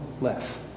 less